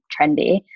trendy